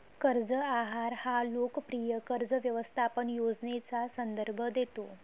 कर्ज आहार हा लोकप्रिय कर्ज व्यवस्थापन योजनेचा संदर्भ देतो